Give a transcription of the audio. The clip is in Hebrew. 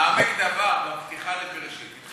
"העמק דבר" בפתיחה לבראשית.